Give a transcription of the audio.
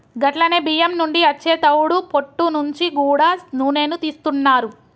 గట్లనే బియ్యం నుండి అచ్చే తవుడు పొట్టు నుంచి గూడా నూనెను తీస్తున్నారు